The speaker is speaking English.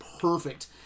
perfect